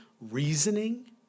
reasoning